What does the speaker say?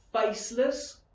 faceless